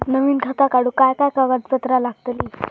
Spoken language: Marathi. नवीन खाता काढूक काय काय कागदपत्रा लागतली?